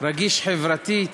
רגיש חברתית.